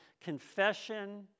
confession